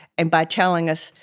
and by telling us,